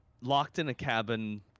locked-in-a-cabin